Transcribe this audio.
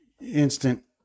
instant